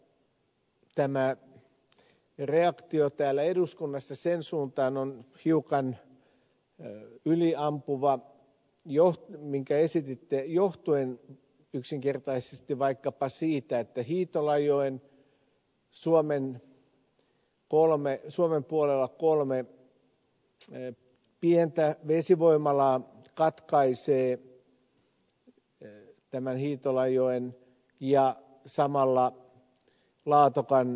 ehkä tämä reaktio täällä eduskunnassa sen suuntaan on hiukan yliampuva minkä esititte johtuen yksinkertaisesti vaikkapa siitä että hiitolanjoen suomen puolella olevat kolme pientä vesivoimalaa katkaisevat tämän hiitolanjoen ja samalla laatokan lohen nousun